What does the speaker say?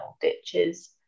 ditches